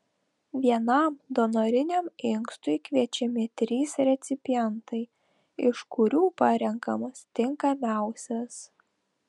vienam donoriniam inkstui kviečiami trys recipientai iš kurių parenkamas tinkamiausias